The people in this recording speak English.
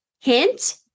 hint